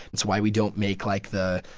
that's why we don't make, like, the,